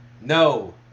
No